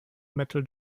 metal